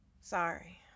Sorry